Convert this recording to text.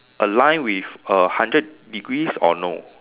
a line with a hundred degrees or no